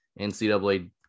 ncaa